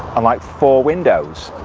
and like four windows.